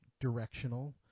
directional